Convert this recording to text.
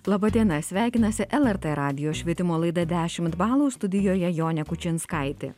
laba diena sveikinasi lrt radijo švietimo laida dešimt balų studijoje jonė kučinskaitė